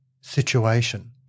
situation